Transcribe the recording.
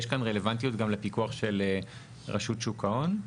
יש כאן רלוונטיות גם לפיקוח של רשות שוק ההון?